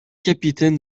capitaine